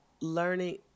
learning